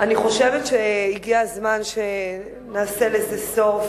אני חושבת שהגיע הזמן שנעשה לזה סוף,